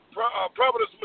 Providence